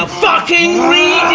ah fucking